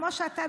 כמו שאתה,